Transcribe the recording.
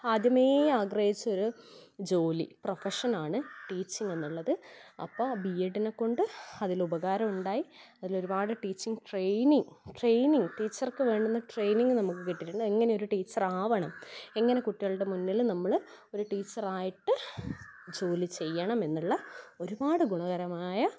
ആദ്യമേ ആഗ്രഹിച്ചൊരു ജോലി പ്രഫഷനാണ് ടീച്ചിങ് എന്നുള്ളത് അപ്പം ബിഎഡിനെ കൊണ്ട് അതിൽ ഉപകാരം ഉണ്ടായി അതിലൊരുപാട് ടീച്ചിങ്ങ് ട്രെയിനിങ്ങ് ട്രെയിനിങ് ടീച്ചർക്ക് വേണ്ടുന്ന ട്രെയിനിങ് നമുക്ക് കിട്ടിയിട്ടുണ്ട് എങ്ങനെ ഒരു ടീച്ചറാവണം എങ്ങനെ കുട്ടികളുടെ മുന്നില് നമ്മള് ഒര് ടീച്ചറായിട്ട് ജോലി ചെയ്യണം എന്നുള്ള ഒരുപാട് ഗുണകരമായ